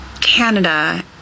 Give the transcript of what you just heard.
canada